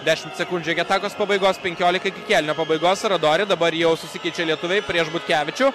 dešimt sekundžių iki atakos pabaigos penkiolika iki kėlinio pabaigos radori dabar jau susikeičia lietuviai prieš butkevičių